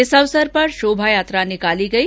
इस अवसर पर शोभायात्रा निकाली गई